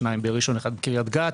שניים בראשון ואחד בקריית גת,